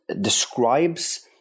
Describes